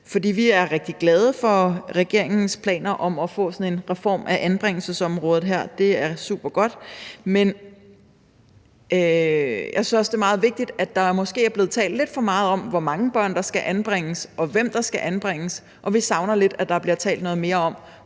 lavet. Vi er rigtig glade for regeringens planer om at få en reform af anbringelsesområdet her. Det er super godt, men jeg synes også, at der måske er blevet talt lidt for meget om, hvor mange børn der skal anbringes, og hvem der skal anbringes. Vi savner lidt, at der bliver talt noget mere om,